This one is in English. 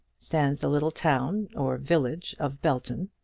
stands the little town, or village, of belton,